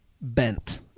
bent